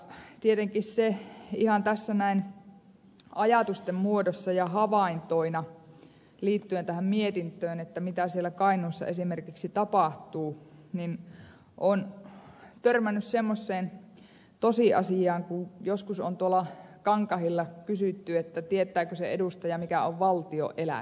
tietenkin ihan tässä näin ajatusten muodossa ja havaintoina liittyen tähän mietintöön mitä siellä kainuussa esimerkiksi tapahtuu olen törmännyt semmosseen tosiasiaan kun joskus on tuolla kankahilla kysytty että tietääkö se edustaja mikä on valtion elätti